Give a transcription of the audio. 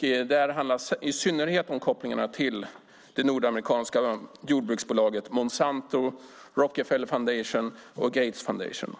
Det gäller i synnerhet kopplingarna till det nordamerikanska jordbruksbolaget Monsanto samt till Rockefeller Foundation och Gates Foundation.